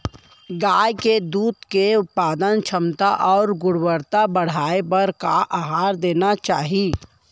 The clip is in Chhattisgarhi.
गाय के दूध के उत्पादन क्षमता अऊ गुणवत्ता बढ़ाये बर का आहार देना चाही?